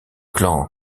clan